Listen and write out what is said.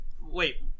Wait